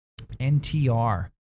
NTR